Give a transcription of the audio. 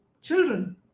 children